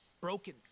broken